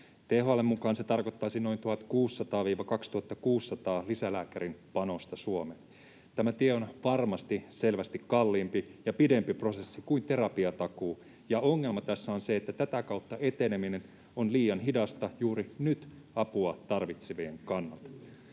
THL:n mukaan se tarkoittaisi noin 1 600—2 600 lisälääkärin panosta Suomeen. Tämä tie on varmasti selvästi kalliimpi ja pidempi prosessi kuin terapiatakuu, ja ongelma tässä on se, että tätä kautta eteneminen on liian hidasta juuri nyt apua tarvitsevien kannalta.